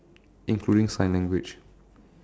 including sign language